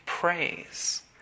praise